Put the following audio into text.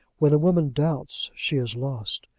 when a woman doubts she is lost,